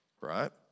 right